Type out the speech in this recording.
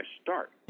start